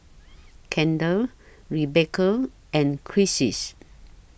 Kendal Rebecca and Crissies